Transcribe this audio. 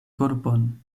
korpon